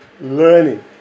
learning